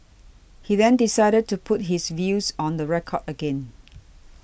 he then decided to put his views on the record again